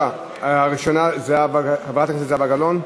ראשונה, חברת הכנסת זהבה גלאון,